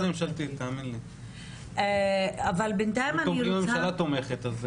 אם הממשלה תומכת אז